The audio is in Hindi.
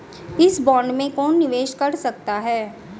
इस बॉन्ड में कौन निवेश कर सकता है?